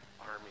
army